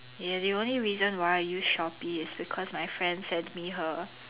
ya the only reason why I use Shopee is because my friend sent me her